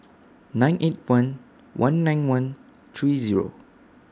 nine eight one one nine one three Zero